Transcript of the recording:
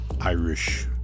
Irish